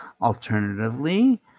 Alternatively